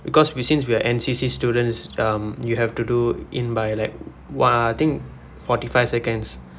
cause we since we're N_C_C students um you have to do in by like !wah! I think forty five seconds